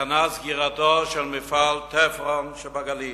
סכנת סגירתו של מפעל "תפרון" שבגליל,